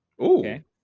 okay